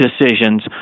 decisions